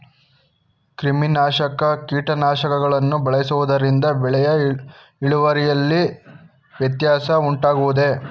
ಕ್ರಿಮಿನಾಶಕ ಕೀಟನಾಶಕಗಳನ್ನು ಬಳಸುವುದರಿಂದ ಬೆಳೆಯ ಇಳುವರಿಯಲ್ಲಿ ವ್ಯತ್ಯಾಸ ಉಂಟಾಗುವುದೇ?